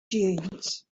dunes